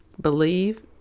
Believe